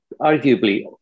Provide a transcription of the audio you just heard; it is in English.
arguably